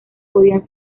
podían